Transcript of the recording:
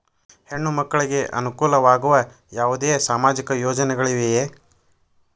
ಹೆಣ್ಣು ಮಕ್ಕಳಿಗೆ ಅನುಕೂಲವಾಗುವ ಯಾವುದೇ ಸಾಮಾಜಿಕ ಯೋಜನೆಗಳಿವೆಯೇ?